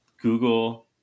Google